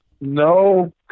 No